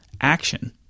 action